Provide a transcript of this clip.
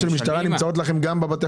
השאלה אם אתם הולכים כדי לבנות שם